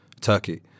Turkey